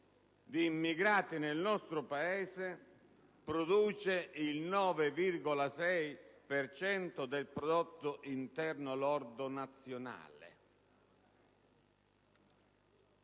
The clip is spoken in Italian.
di immigrati nel nostro Paese produce il 9,6 per cento del prodotto interno lordo nazionale.